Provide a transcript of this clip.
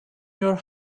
your